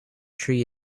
tree